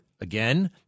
again